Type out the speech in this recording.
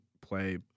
play